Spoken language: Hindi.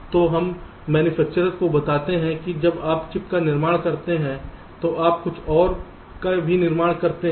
तो हम मैन्युफैक्चरर्स को बताते हैं कि जब आप चिप का निर्माण करते हैं तो आप कुछ और का भी निर्माण करते हैं